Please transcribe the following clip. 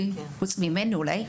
חוץ ממני אולי,